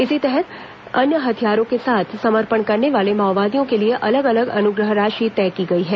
इसी तरह अन्य हथियारों के साथ समर्पण करने वाले माओवादियों के लिए अलग अलग अनुग्रह राशि तय की गई है